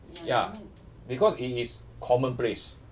ya because it is common place